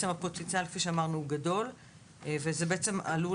כפי שאמרנו הפוטנציאל הוא גדול וזה בעצם עלול